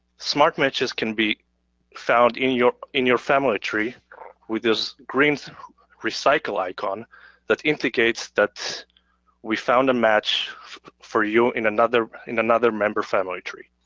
smart matches can be found in your in your family tree with this green recycle icon that indicates that we found a match for you in another in another member family tree.